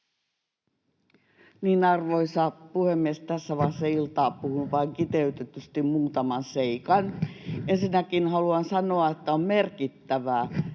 Arvoisa puhemies! Tässä vaiheessa iltaa puhun vain kiteytetysti muutaman seikan. Ensinnäkin haluan sanoa, että on merkittävää,